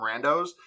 randos